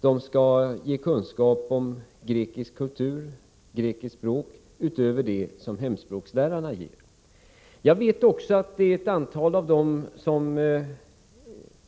De skall ge kunskap om grekisk kultur och grekiskt språk utöver det som hemspråksläraren ger. Jag vet också att det är ett antal av dessa reselärare som